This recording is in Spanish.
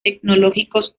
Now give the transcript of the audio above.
tecnológicos